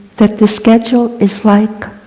that the schedule is like